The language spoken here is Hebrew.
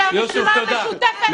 איזו בושה.